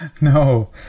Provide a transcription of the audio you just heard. No